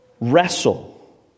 wrestle